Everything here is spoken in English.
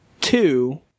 Two